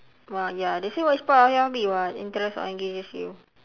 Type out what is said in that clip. !wah! ya they say which part of your hobby [what] interests or engages you